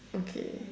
okay